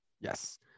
Yes